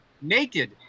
naked